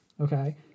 Okay